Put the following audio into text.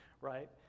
right